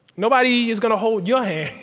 nobody is gonna hold your